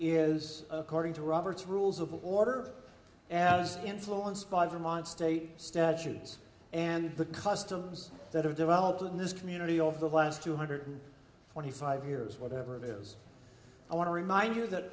is according to robert's rules of order and was influenced by vermont state statutes and the customs that have developed in this community over the last two hundred twenty five years whatever it was i want to remind you that